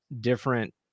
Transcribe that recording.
different